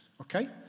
okay